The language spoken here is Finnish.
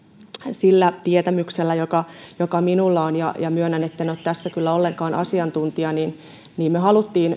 sillä tietämyksellä joka joka minulla on ja ja myönnän etten ole tässä kyllä ollenkaan asiantuntija me halusimme